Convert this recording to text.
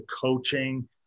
coaching